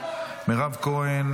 מירב כהן,